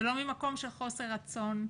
זה לא ממקום של חוסר רצון.